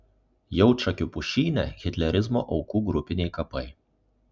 jaučakių pušyne hitlerizmo aukų grupiniai kapai